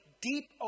deep